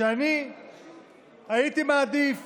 שהייתי מעדיף